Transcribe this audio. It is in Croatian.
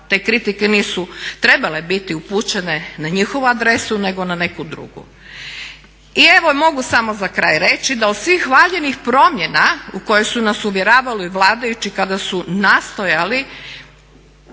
te kritike nisu trebale biti upućene na njihovu adresu nego na neku drugu. I evo mogu samo za kraj reći da od svih valjanih promjena u koje su nas uvjeravali vladajući kada su nastojali